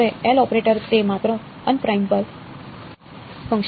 હવે L operator તે માત્ર અનપ્રાઇમ પર ફંકશન કરે છે